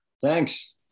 Thanks